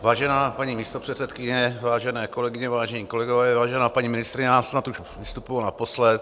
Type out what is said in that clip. Vážená paní místopředsedkyně, vážené kolegyně, vážení kolegové, vážená paní ministryně, já snad už vystupuji naposled.